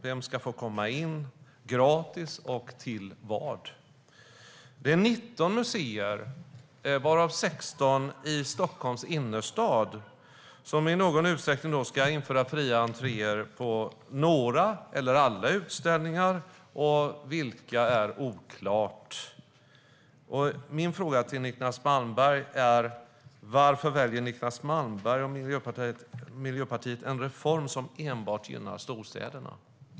Vem ska få komma in gratis och till vad? 19 museer, varav 16 i Stockholms innerstad, ska i någon utsträckning införa fri entré på några eller alla utställningar. Vilka är oklart. Min fråga till Niclas Malmberg är: Varför väljer Niclas Malmberg och Miljöpartiet en reform som enbart gynnar storstäderna?